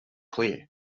clear